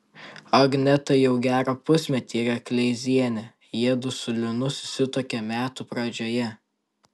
agneta jau gerą pusmetį yra kleizienė jiedu su linu susituokė metų pradžioje